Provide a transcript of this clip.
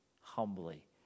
humbly